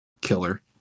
Killer